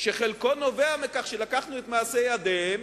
שחלקו נובע מכך שלקחנו את מעשה ידיהם